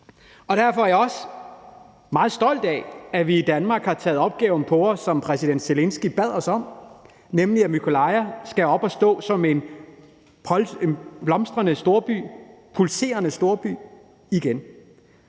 Derfor er jeg også meget stolt af, at vi i Danmark har taget den opgave på os, som præsident Zelenskyj bad os om, nemlig at Mykolaiv igen skal være en blomstrende storby, en